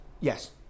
Yes